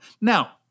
Now